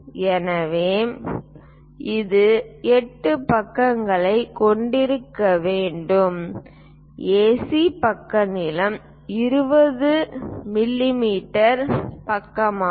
எனவே இது 8 பக்கங்களைக் கொண்டிருக்க வேண்டும் ஏசி பக்க நீளம் 20 மிமீ பக்கமாகும்